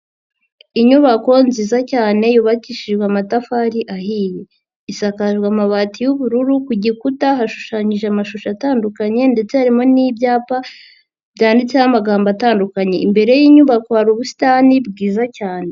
Inyubako nziza cyane yubakishijwe amatafari ahiye, isakaje amabati y'ubururu, ku gikuta hashushanyije amashusho atandukanye ndetse harimo n'ibyapa byanditseho amagambo atandukanye, imbere y'inyubako hari ubusitani bwiza cyane.